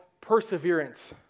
perseverance